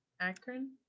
Akron